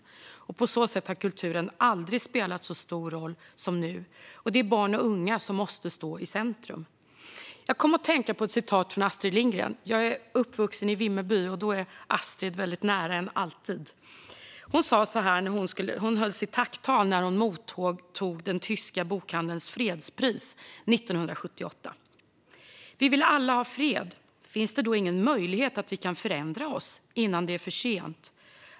På så sätt har kulturen aldrig spelat så stor roll som nu, och det är barn och unga som måste stå i centrum. Jag kom att tänka på ett citat av Astrid Lindgren. Jag är uppvuxen i Vimmerby, och om man är det är Astrid alltid väldigt nära en. När hon höll sitt tacktal när hon mottog den tyska bokhandelns fredspris 1978 sa hon: "Vi vill alla ha fred. Finns det då ingen möjlighet att vi kan förändra oss, innan det är för sent?